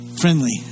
friendly